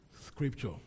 Scripture